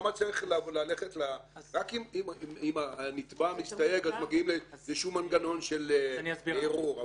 רק אם הנתבע מסתייג, מגיעים למנגנון של ערעור.